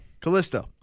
Callisto